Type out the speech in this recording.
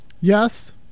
Yes